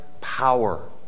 power